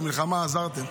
במלחמה עזרתם.